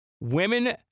Women